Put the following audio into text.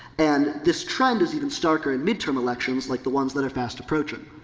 and, this trend is even starker in midterm elections like the ones that are fast approaching.